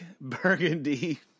burgundy